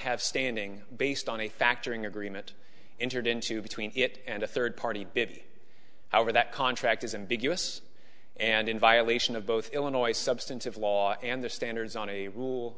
have standing based on a factoring agreement entered into between it and a third party bid however that contract is in big us and in violation of both illinois substance of law and the standards on a rule